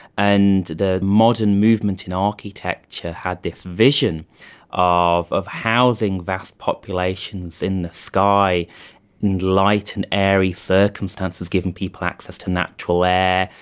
and the modern movement in architecture had this vision of of housing vast populations in the sky in light and airy circumstances, giving people access to natural air,